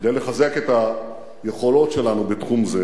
כדי לחזק את היכולות שלנו בתחום זה